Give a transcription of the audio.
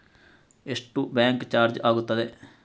ಎಷ್ಟು bank charge ಆಗುತ್ತದೆ?